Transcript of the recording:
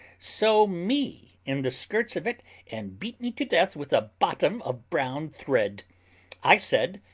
sew me in the skirts of it and beat me to death with a bottom of brown thread i said,